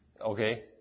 Okay